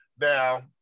Now